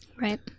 Right